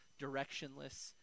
directionless